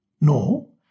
No